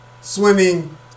swimming